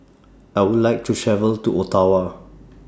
I Would like to travel to Ottawa